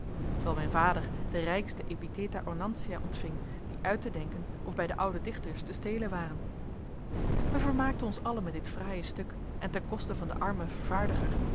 terwijl mijn vader de rijkste epitheta ornantia ontving die uit te denken of bij de oude dichters te stelen waren wij vermaakten ons allen met dit fraaie stuk en ten koste van den armen vervaardiger